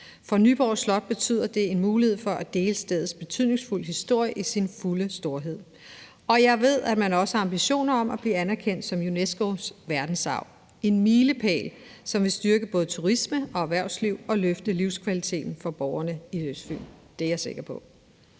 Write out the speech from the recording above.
For Nyborg Slot betyder det en mulighed for at dele stedets betydningsfulde historie i sin fulde storhed. Jeg ved, at man også har ambitioner om at blive anerkendt som UNESCO-verdensarv. Det er en milepæl, som vil styrke både turisme og erhvervsliv og løfte livskvaliteten for borgerne i Østfyn. Det er jeg sikker på.